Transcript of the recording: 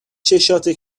چشاته